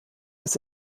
das